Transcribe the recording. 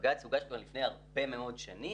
הבג"ץ הוגש כבר לפני הרבה מאוד שנים,